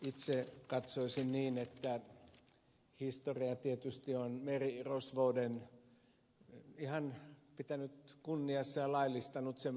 itse katsoisin niin että historia tietysti on merirosvouden ihan pitänyt kunniassa ja laillistanut sen